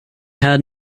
had